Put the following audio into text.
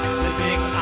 Splitting